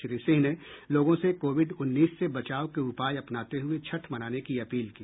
श्री सिंह ने लोगों से कोविड उन्नीस से बचाव के उपाय अपनाते हुए छठ मनाने की अपील की